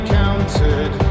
counted